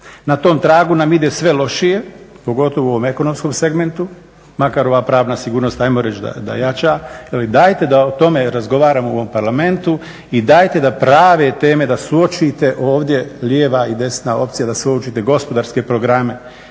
Na tom tragu nam ide sve lošije, pogotovo u ovom ekonomskom segmentu, makar ova pravna sigurnost ajmo reći da jača, ali dajte da o tom razgovaramo u ovome Parlamentu i dajte da prave teme da suočite ovdje lijeva i desna opcija da suočite gospodarske programe,